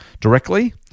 directly